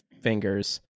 fingers